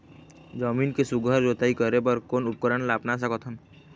जमीन के सुघ्घर जोताई करे बर कोन उपकरण ला अपना सकथन?